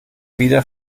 wieder